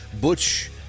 Butch